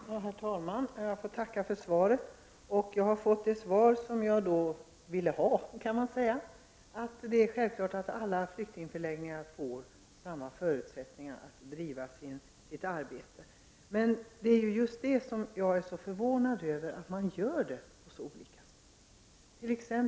Herr talman! Jag får tacka för svaret. Jag har fått det svar jag vill ha, kan man säga, nämligen att det är självklart att alla flyktingförläggningar får samma förutsättningar att bedriva arbetet. Men jag är så förvånad över att man bedriver arbetet så olika.